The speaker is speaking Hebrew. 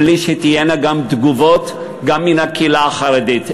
בלי שתהיינה תגובות גם מן הקהילה החרדית.